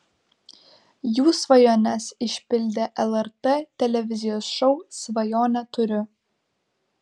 jų svajones išpildė lrt televizijos šou svajonę turiu